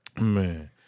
Man